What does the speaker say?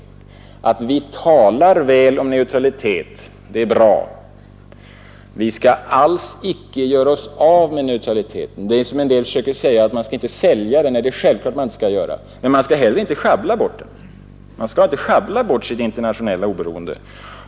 Att vi talar väl om neutraliteten är bra; vi skall alls icke göra oss av med neutraliteten. En del försöker säga att man inte skall sälja neutraliteten. Nej, det är självklart att man inte skall göra det. Men man skall heller inte schabbla bort den; man skall inte schabbla bort sitt Nr 47 internationella oberoende.